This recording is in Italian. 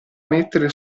mettere